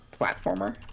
platformer